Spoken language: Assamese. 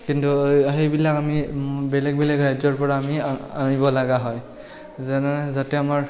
কিন্তু সেইবিলাক আমি বেলেগ বেলেগ ৰাজ্যৰপৰা আমি আ আনিবলগা হয় যেনেদৰে যাতে আমাৰ